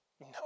no